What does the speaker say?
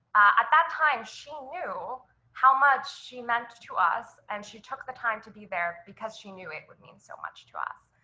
at that time, she knew how much she meant to us and she took the time to be there because she knew it would mean so much to us.